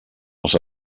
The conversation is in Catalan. els